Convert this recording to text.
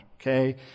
Okay